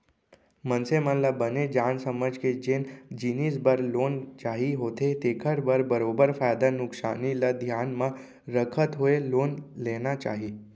मनसे मन ल बने जान समझ के जेन जिनिस बर लोन चाही होथे तेखर बर बरोबर फायदा नुकसानी ल धियान म रखत होय लोन लेना चाही